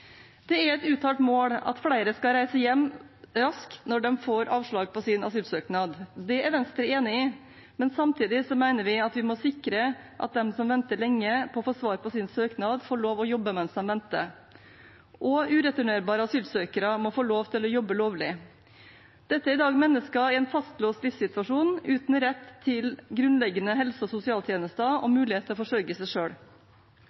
Det er et uttalt mål at flere skal reise hjem raskt når de får avslag på sin asylsøknad. Det er Venstre enig i, men samtidig mener vi at vi må sikre at de som venter lenge på å få svar på sin søknad, får lov til å jobbe mens de venter, og ureturnerbare asylsøkere må få lov til å jobbe lovlig. Dette er i dag mennesker i en fastlåst livssituasjon uten rett til grunnleggende helse- og sosialtjenester og mulighet til å forsørge seg